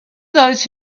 those